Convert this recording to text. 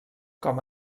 com